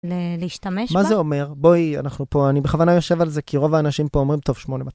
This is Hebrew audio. להשתמש... מה זה אומר? בואי, אנחנו פה, אני בכוונה יושב על זה כי רוב האנשים פה אומרים טוב שמונה.